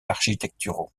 architecturaux